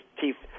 teeth